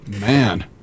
Man